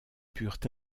purent